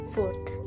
Fourth